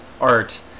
art